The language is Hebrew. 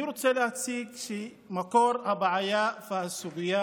אני רוצה להציג שמקור הבעיה והסוגיה